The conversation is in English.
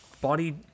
body